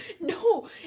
No